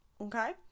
okay